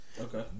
Okay